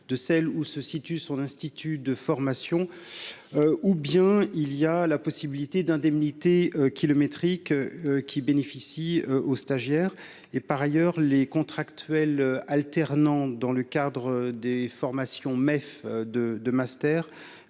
de celle où se situe son institut de formation ou bien il y a la possibilité d'indemnités kilométriques qui bénéficie aux stagiaires et par ailleurs, les contractuels, alternant, dans le cadre des formations Metz de de master